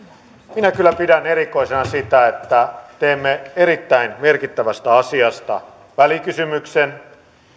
minä kyllä pidän erikoisena sitä että kun teemme erittäin merkittävästä asiasta välikysymyksen